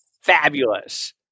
fabulous